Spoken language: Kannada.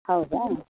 ಹೌದಾ